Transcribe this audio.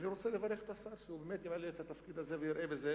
אני רוצה לברך את השר שבאמת יעלה את התפקיד הזה ויראה בזה